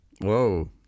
Whoa